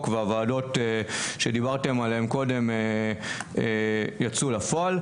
והוועדות שדיברתם עליהם קודם יצאו לפועל,